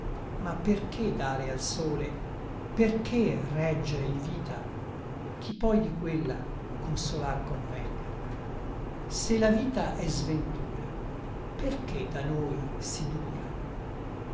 ma perché dare al sole perché reggere in vita chi poi di quella consolar convenga se la vita è sventura perché da noi si dura